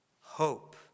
Hope